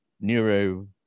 neuro